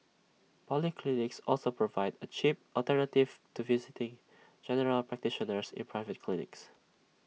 polyclinics also provide A cheap alternative to visiting general practitioners in private clinics